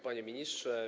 Panie Ministrze!